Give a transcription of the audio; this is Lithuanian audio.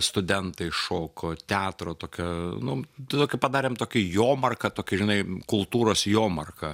studentai šoko teatro tokia nu tokį padarėm tokį jomarką tokį žinai kultūros jomarką